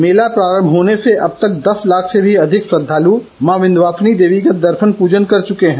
मेला शुरू होने से अब तक दस लाख से ज्यादा श्रद्दालु मां विन्ध्यवासिनी देवी का दर्शन पूजन कर चुके हैं